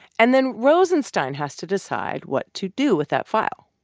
and then rosenstein has to decide what to do with that file.